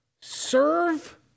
serve